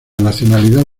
nacionalidad